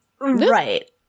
Right